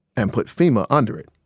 and put fema under it.